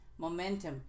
momentum